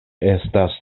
estas